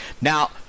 Now